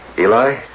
Eli